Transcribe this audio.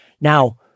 Now